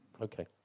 Okay